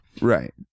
Right